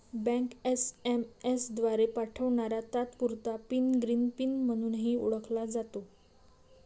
bank SMS द्वारे पाठवणारा तात्पुरता पिन ग्रीन पिन म्हणूनही ओळखला जातो